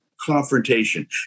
confrontation